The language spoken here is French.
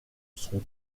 sont